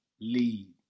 lead